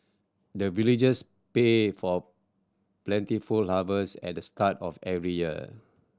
the villagers pray for plentiful harvest at the start of every year